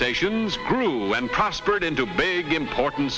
stations grew when prospered into big important